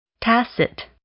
Tacit